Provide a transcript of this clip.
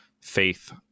faith